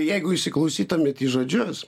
jeigu įsiklausytumėt į žodžius